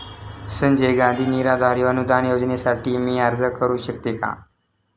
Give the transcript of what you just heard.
संजय गांधी निराधार अनुदान योजनेसाठी मी अर्ज करू शकते का?